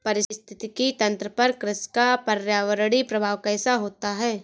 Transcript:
पारिस्थितिकी तंत्र पर कृषि का पर्यावरणीय प्रभाव कैसा होता है?